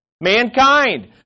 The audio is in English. Mankind